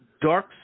Dark